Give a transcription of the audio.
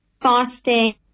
fasting